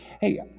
hey